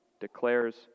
declares